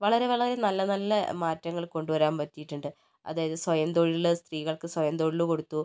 വളരെ വളരെ നല്ല നല്ല മാറ്റങ്ങൾ കൊണ്ടുവരാൻ പറ്റിയിട്ടുണ്ട് അതായത് സ്വയംതൊഴില് സ്ത്രീകൾക്ക് സ്വയംതൊഴിൽ കൊടുത്തു